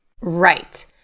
right